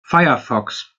firefox